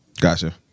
Gotcha